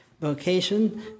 vocation